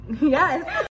Yes